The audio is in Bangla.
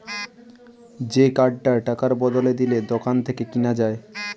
যে কার্ডটা টাকার বদলে দিলে দোকান থেকে কিনা যায়